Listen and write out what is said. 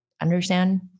understand